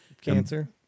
Cancer